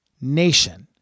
nation